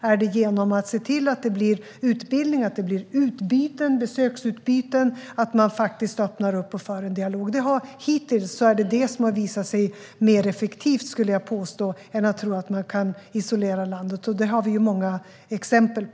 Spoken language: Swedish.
Är det genom utbildning, besöksutbyten och dialog? Hittills är det detta som har visat sig mer effektivt än att isolera landet. Det finns många exempel.